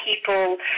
people